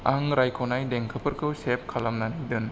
आं रायख'नाय देंखोफोरखौ सेभ खालामनानै दोन